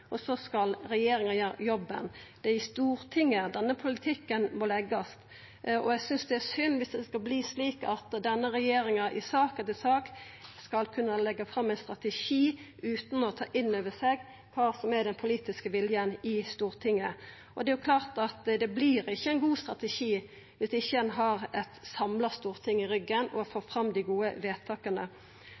og så skal regjeringa gjera jobben. Det er i Stortinget denne politikken må leggjast, og eg synest det er synd dersom det skal verta slik at denne regjeringa i sak etter sak skal kunna leggja fram ein strategi utan å ta inn over seg kva som er den politiske viljen i Stortinget. Det vert ikkje ein god strategi dersom ein ikkje har eit samla storting i ryggen og får fram dei gode vedtaka.